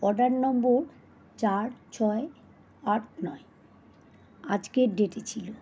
order number চার ছয় আট নয় আজকের ডেটে ছিল